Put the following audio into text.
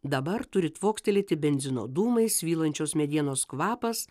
dabar turi tvokstelėti benzino dūmai svylančios medienos kvapas